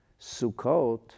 Sukkot